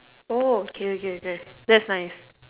oh okay okay that that's nice